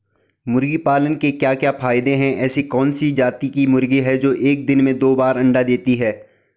मुर्गी पालन के क्या क्या फायदे हैं ऐसी कौन सी जाती की मुर्गी है जो एक दिन में दो बार अंडा देती है?